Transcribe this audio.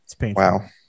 Wow